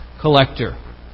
collector